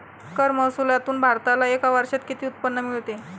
कर महसुलातून भारताला एका वर्षात किती उत्पन्न मिळते?